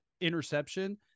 interception